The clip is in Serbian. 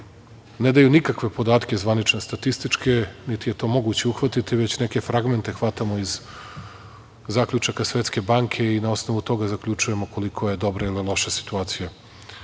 ne daju nikakve podatke zvanične statističke, niti je to moguće uhvatiti, već neke fragmente hvatamo iz zaključaka Svetske banke, i na osnovu toga zaključujemo koliko je dobra ili loša situacija.